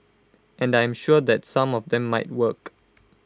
and I am sure that some of them might work